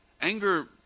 Anger